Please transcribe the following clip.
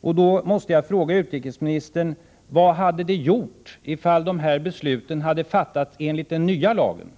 Jag måste fråga utrikesministern: Vad hade det gjort om detta beslut hade fattats enligt den nya lagen?